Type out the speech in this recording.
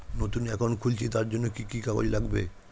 নতুন অ্যাকাউন্ট খুলছি তার জন্য কি কি কাগজ লাগবে?